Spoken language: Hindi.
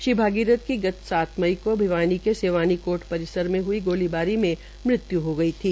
श्री भागीरथ की गत सात मई को भिवानी के सिवानी कोर्ट परिसर में गोलीबारी में मृत्यु हो गई थी